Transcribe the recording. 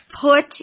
put